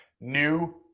New